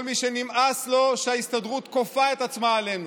כל מי שנמאס לו שההסתדרות כופה את עצמה עלינו,